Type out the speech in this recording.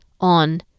on